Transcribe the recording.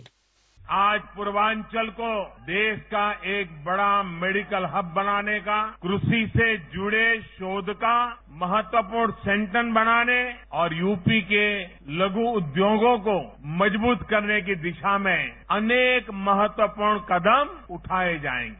bite आज पूर्वांचल को देश का एक बड़ा मेडिकल हब बनाने का कृषि से जुड़े शोध का महत्वपूर्ण सेंटर बनाने और यूपी के लघु उद्योगों को मजबूत करने की दिशा में अनेक महत्वपूर्ण कदम उठाए जाएंगे